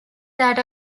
that